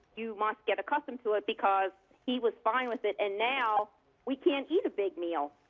you must get accustomed to it because he was fine with it and now we can't eat a big meal.